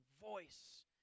voice